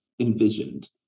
envisioned